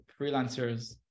freelancers